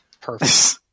Perfect